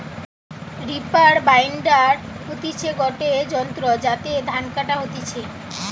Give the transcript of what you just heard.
reaper binder হতিছে গটে যন্ত্র যাতে ধান কাটা হতিছে